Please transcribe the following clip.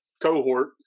cohort